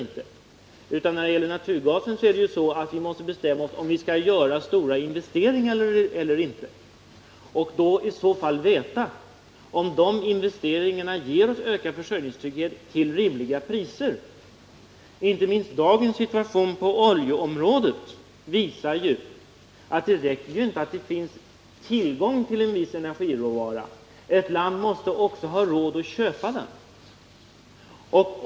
I fråga om naturgasen måste vi bestämma oss för om vi skall göra stora investeringar eller inte. I så fall måste vi veta om dessa investeringar kommer att ge oss ökad försörjningstrygghet till rimliga priser. Inte minst dagens situation på oljeområdet visar att det inte räcker med att det finns tillgång på en viss energiråvara; ett land måste också ha råd att köpa den.